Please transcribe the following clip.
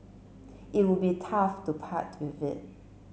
it would be tough to part with it